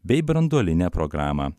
bei branduolinę programą